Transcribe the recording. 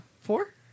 Four